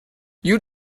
you